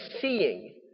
seeing